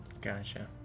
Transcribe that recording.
Gotcha